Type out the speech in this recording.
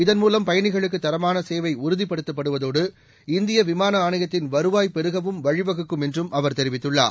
இதன்மூலம் பயணிகளுக்கு தரமான சேவை உறுதிப்படுத்தப்படுவதோடு இந்திய விமான ஆணையகத்தின் வருவாய் பெருகவும் வழிவகுக்கும் என்றும் அவர் தெரிவித்துள்ளார்